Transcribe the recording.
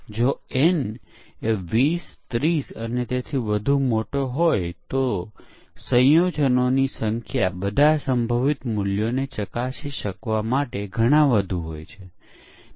આપણે ઘણી પરીક્ષણ વ્યૂહરચનાઓ ઘણા બ્લેક બોક્સ વ્યૂહરચનાઓ અને વ્હાઇટ બોક્સ વ્યૂહરચનાઓ પર ધ્યાન આપીશું